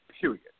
period